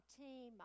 team